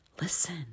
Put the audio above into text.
Listen